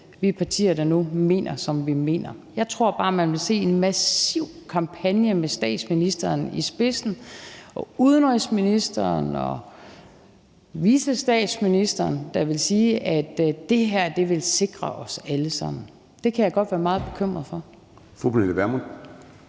vi partier, der nu mener, som vi mener. Jeg tror bare, at man ville se en massiv kampagne med statsministeren i spidsen, med udenrigsministeren og med vicestatsministeren, der ville sige, at det her vil sikre os alle sammen. Det kan jeg godt være meget bekymret for.